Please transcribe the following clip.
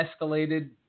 escalated